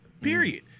period